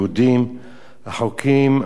החוקים האלה נחקקו